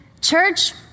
church